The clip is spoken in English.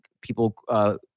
people